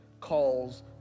calls